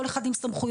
כל אחד עם סמכויותיו,